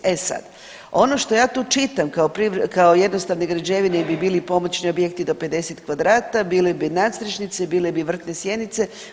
E sada, ono što ja tu čitam kao jednostavne građevine bi bili pomoćni objekti do 50 kvadrata, bile bi nadstrešnice, bile bi vrtne sjenice.